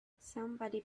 somebody